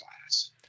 class